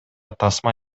тасма